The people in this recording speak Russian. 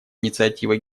инициативы